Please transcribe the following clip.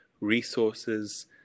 resources